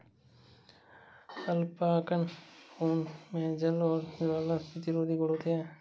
alpaca ऊन मे जल और ज्वाला प्रतिरोधी गुण होते है